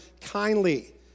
kindly